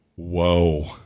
whoa